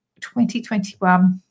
2021